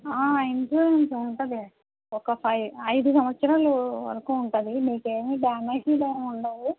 ఇంట్లో నుంచి ఉంటుంది ఒక ఐదు సంవత్సరాలు వరకు ఉంటుంది మీకేమీ డామేజ్లు ఏమీ ఉండవు